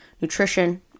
nutrition